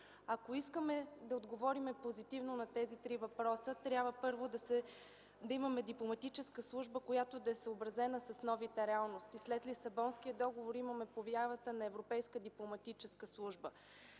Ако искаме да отговорим позитивно на тези три въпроса, трябва първо да имаме дипломатическа служба, която да е съобразена с новите реалности. След Лисабонския договор имаме появата на Европейска дипломатическа служба.